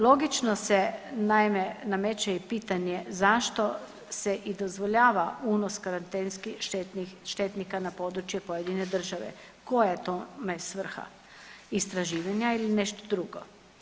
Logično se naime nameće i pitanje zašto se i dozvoljava unos karantenski štetnih štetnika na području pojedine države, koja je tome svrha, istraživanja ili nešto drugo?